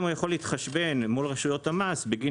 הוא יכול להתחשבן מול רשויות המס בגין